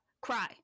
cry